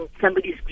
somebody's